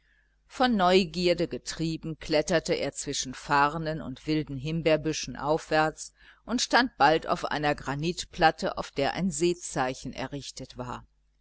von neugierde getrieben kletterte er zwischen farnen und wilden himbeerbüschen aufwärts und stand bald auf einer granitplatte auf der ein seezeichen errichtet war